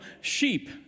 sheep